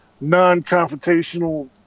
non-confrontational